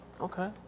Okay